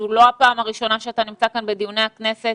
זאת לא הפעם הראשונה שאתה נמצא כאן בדיוני הכנסת